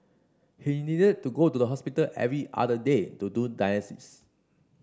he needed to go to the hospital every other day to do dialysis